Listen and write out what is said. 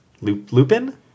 Lupin